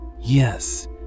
Yes